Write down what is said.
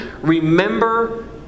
remember